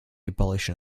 abolition